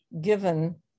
given